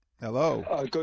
Hello